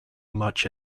much